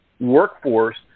workforce